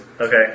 Okay